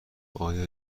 آیا